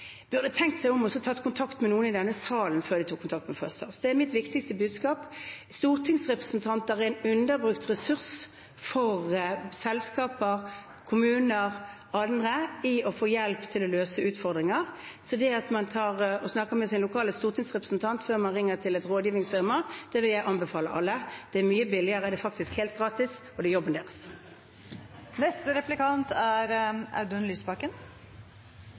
burde tenkt seg om og tatt kontakt med noen i denne salen før de tok kontakt med First House. Det er mitt viktigste budskap. Stortingsrepresentanter er en underbrukt ressurs for selskaper, kommuner og andre for å få hjelp til å løse utfordringer, så det å snakke med sin lokale stortingsrepresentant før man ringer til et rådgivningsfirma, vil jeg anbefale alle. Det er mye billigere, det er faktisk helt gratis, og det er jobben deres. Ulikhetene i makt og rikdom i Norge øker, og den viktigste grunnen er